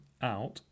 out